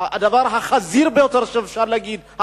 הדבר החזירי ביותר שאפשר להגיד,